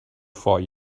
vor